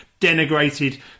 denigrated